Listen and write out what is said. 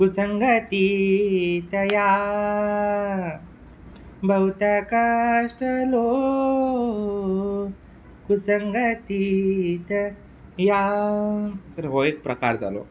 कुसंगती तया बहुतकाश्ट लो कुसंगती तया तर हो एक प्रकार जालो